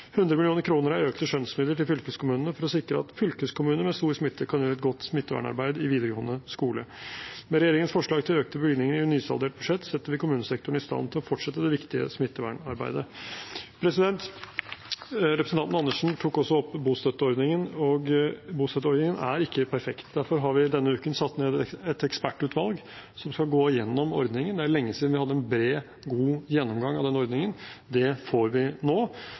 100 mill. kr er økte skjønnsmidler til fylkeskommunene for å sikre at fylkeskommuner med stor smitte kan gjøre et godt smittevernarbeid i videregående skole. Med regjeringens forslag til økte bevilgninger i nysaldert budsjett setter vi kommunesektoren i stand til å fortsette det viktige smittevernarbeidet. Representanten Karin Andersen tok også opp bostøtteordningen. Bostøtteordningen er ikke perfekt, derfor har vi denne uken satt ned et ekspertutvalg som skal gå gjennom ordningen. Det er lenge siden vi hadde en bred, god gjennomgang av denne ordningen. Det får vi nå,